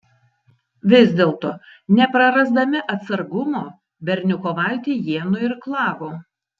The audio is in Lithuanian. vis dėlto neprarasdami atsargumo berniuko valtį jie nuirklavo